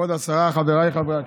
כבוד השרה, חבריי חברי הכנסת,